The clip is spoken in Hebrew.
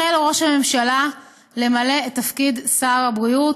החל ראש הממשלה למלא את תפקיד שר הבריאות,